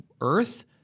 earth